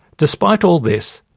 despite all this,